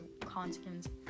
consequences